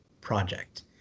project